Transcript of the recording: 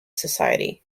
society